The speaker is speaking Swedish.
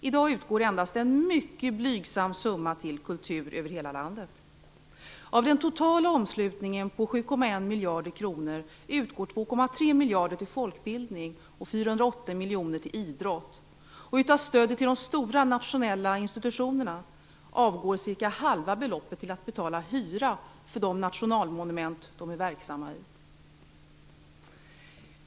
I dag utgår endast en mycket blygsam summa till kultur över hela landet. Av den totala omslutningen på 7,1 miljarder kronor utgår 2,3 miljarder till folkbildning och 480 miljoner till idrott. Av stödet till de stora nationella institutionerna avgår cirka halva beloppet till att betala hyra för de nationalmonument de är verksamma i.